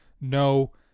No